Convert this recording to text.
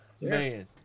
Man